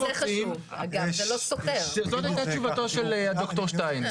זאת הייתה תשובתו של הד"ר שטייניץ.